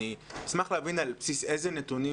אני אשמח להבין על בסיס איזה נתונים